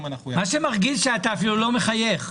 אנחנו --- מה שמרגיז הוא שאתה אפילו לא מחייך.